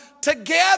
together